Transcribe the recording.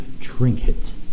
trinket